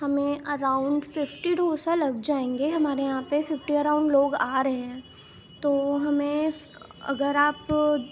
ہمیں around fifty dosa لگ جائیں گے ہمارے یہاں پہ ففٹی اراؤنڈ لوگ آرہے ہیں تو ہمیں اگر آپ